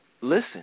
listen